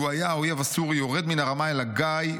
לו היה האויב הסורי יורד מן הרמה אל הגיא,